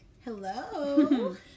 Hello